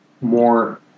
more